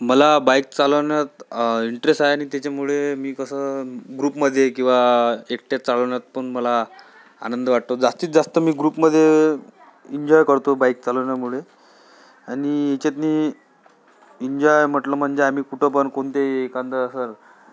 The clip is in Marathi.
मला बाईक चालवण्यात इंटरेस्ट आहे आणि त्याच्यामुळे मी कसं ग्रुपमध्ये किंवा एकट्यात चालवण्यात पण मला आनंद वाटतो जास्तीत जास्त मी ग्रुपमध्ये इन्जॉय करतो बाईक चालवण्यामुळे आणि ह्याच्यातनी इन्जॉय म्हटलं म्हणजे आम्ही कुठं पण कोणत्याही एखादं असं